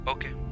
Okay